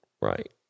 right